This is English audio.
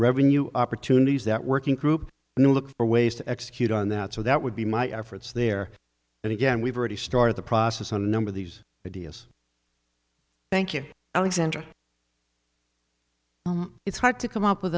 revenue opportunities that working group and look for ways to execute on that so that would be my efforts there but again we've already started the process on a number of these ideas thank you alexandra it's hard to come up with